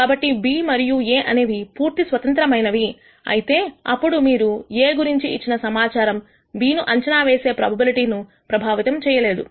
కాబట్టి B మరియు A అనేవి పూర్తిగా స్వతంత్రమైన అయితే అప్పుడు మీరు A గురించి ఇచ్చిన సమాచారం B ను అంచనావేసే ప్రొబబిలిటిను ప్రభావితం చెయ్యలేదు